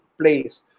place